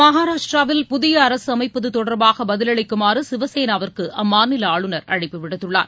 மஹாராஷ்டிராவில் புதிய அரசு அமைப்பது தொடர்பாக பதிலளிக்குமாறு சிவசேனாவிற்கு அம்மாநில ஆளுநர் அழைப்பு விடுத்துள்ளார்